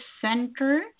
center